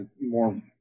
more